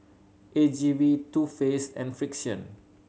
A G V Too Faced and Frixion